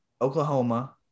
Oklahoma